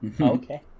Okay